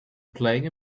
playing